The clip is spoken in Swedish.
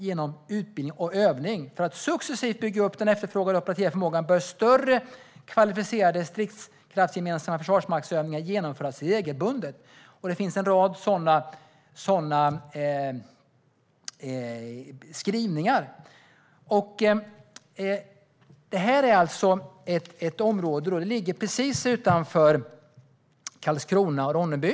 genom utbildning och övning - För att successivt bygga upp den efterfrågade operativa förmågan bör större kvalificerade stridskraftsgemensamma försvarsmaktsövningar genomföras regelbundet." Det finns en rad sådana skrivningar. Det här är alltså ett område som ligger precis utanför Karlskrona och Ronneby.